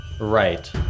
Right